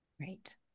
Right